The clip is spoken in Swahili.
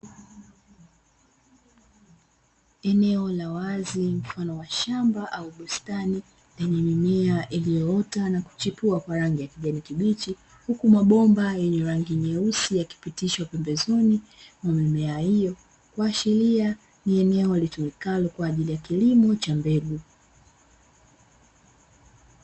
Eneo la wazi mfano wa shamba au bustani lenye mimea iliyoota na kuchepua kwa rangi ya kijani kibichi, huku mabomba yenye rangi nyeusi yakipitishwa pembezoni mwa mimea hiyo kuashiria ni eneo litumikalo kwa ajili ya kilimo cha mbegu.